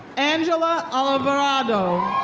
angela alavardo.